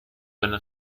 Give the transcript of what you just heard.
seine